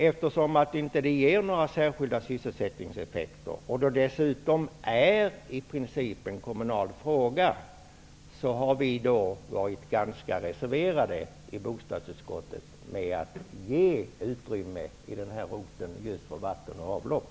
Eftersom det inte ger några särskilda sysselsättningseffekter och dessutom i princip är en kommunal fråga, har vi i bostadsutskottet varit ganska reserverade i fråga om att ge utrymme för vatten och avlopp i ROT-programmet.